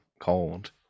cold